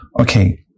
okay